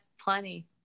plenty